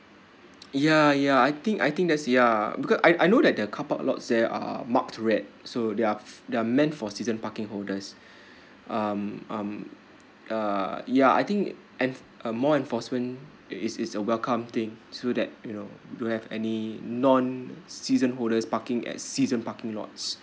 yeuh yeuh I think I think that's ya because I I know that the carpark lots there are marked red so their they're meant for season parking holders um um uh ya I think an a more enforcement it is is a welcome thing so that you know don't have any non season holders parking at season parking lots